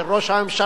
של ראש הממשלה,